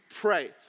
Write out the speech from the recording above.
pray